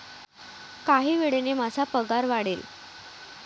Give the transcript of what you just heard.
काही वेळाने माझा पगार वाढेल